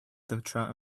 trout